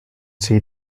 see